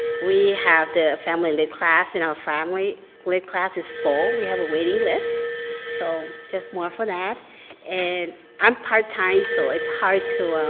we have the family lit class and our family lit class is full. we have a waiting list so just more for that and i'm part time so it's hard to